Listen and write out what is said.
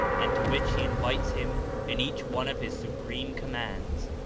and to which he invites him in each one of his supreme commands.